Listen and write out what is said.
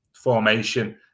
Formation